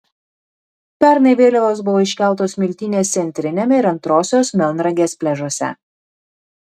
pernai vėliavos buvo iškeltos smiltynės centriniame ir antrosios melnragės pliažuose